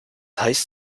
heißt